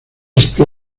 este